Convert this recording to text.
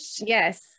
Yes